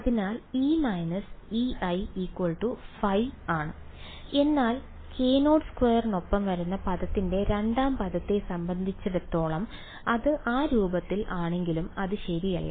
അതിനാൽ E − Ei ϕ ശരിയാണ് എന്നാൽ k02 നൊപ്പം വരുന്ന പദത്തിന്റെ രണ്ടാം പദത്തെ സംബന്ധിച്ചെന്ത് അത് ആ രൂപത്തിൽ ആണെങ്കിലും അത് ശരിയല്ല